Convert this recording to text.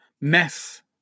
mess